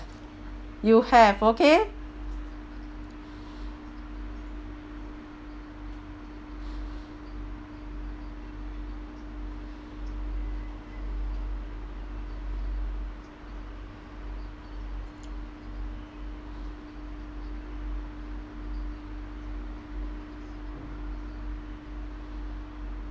you have okay